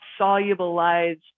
solubilize